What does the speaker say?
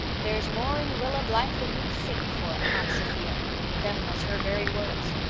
there's more in rilla blythe than you'd think for, aunt sophia them was her very words.